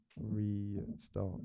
restart